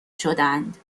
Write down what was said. شدهاند